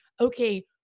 okay